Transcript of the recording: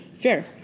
Fair